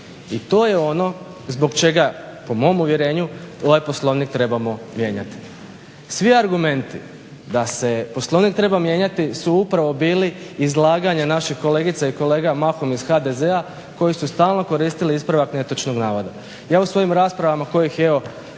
i to je ono zbog čega po mom uvjerenju ovaj Poslovnik trebamo mijenjati. Svi argumenti da se Poslovnik treba mijenjati su upravo biti izlaganje naših kolegica i kolega mahom iz HDZ-a koji su stalno koristili ispravak netočnog navoda. Ja u svojim raspravama kojih je